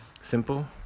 simple